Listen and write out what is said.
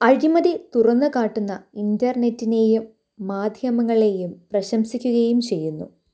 അഴിമതി തുറന്നുകാട്ടുന്ന ഇൻ്റെർനെറ്റിനെയും മാധ്യമങ്ങളെയും പ്രശംസിക്കുകയും ചെയ്യുന്നു